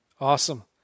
Awesome